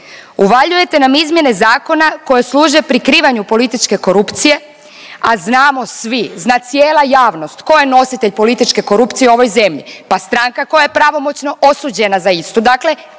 Uvaljujete nam izmjene zakona koje služe prikrivanju političke korupcije, a znamo svi, zna cijela javnost tko je nositelj političke korupcije u ovoj zemlji, pa stranka koja je pravomoćno osuđena za istu,